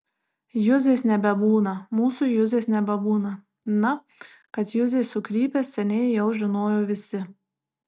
juzės nebebūna mūsų juzės nebebūna na kad juzė sukrypęs seniai jau žinojo visi